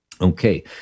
Okay